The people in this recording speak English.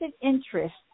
interest